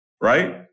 Right